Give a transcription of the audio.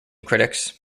critics